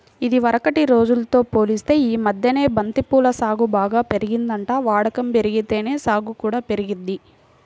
ఇదివరకటి రోజుల్తో పోలిత్తే యీ మద్దెన బంతి పూల సాగు బాగా పెరిగిందంట, వాడకం బెరిగితేనే సాగు కూడా పెరిగిద్ది